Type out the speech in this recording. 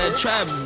trap